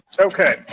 Okay